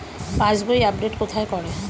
পাসবই update কোথায় করে?